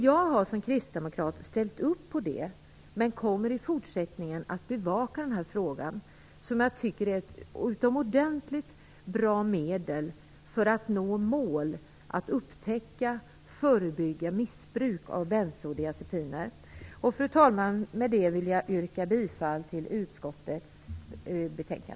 Jag har som kristdemokrat ställt upp på det, men kommer i fortsättningen att bevaka den här frågan, som jag tycker är ett utomordentligt bra medel för att nå målet att upptäcka och förebygga missbruk av bensodiazepiner. Fru talman! Med det vill jag yrka bifall till utskottets hemställan.